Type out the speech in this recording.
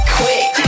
quick